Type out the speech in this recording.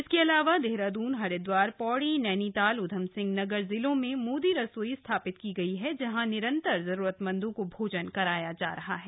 इसके अलावा देहरादून हरिद्वार पौड़ी नैनीताल उधम सिंह नगर जिलों में मोदी रसोई स्थापित की गई हैं जहां निरंतर जरूरतमंदों को भोजन कराया जा रहा है